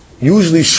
Usually (